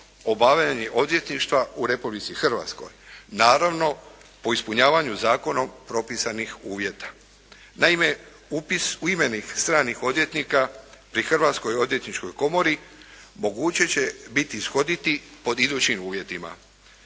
obavljanje odvjetništva u Republici Hrvatskoj, naravno po ispunjavanju zakonom propisanih uvjeta. Naime, upis u imenik stranih odvjetnika pri Hrvatskoj odvjetničkoj komori moguće će biti ishoditi pod idućim uvjetima.